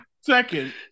second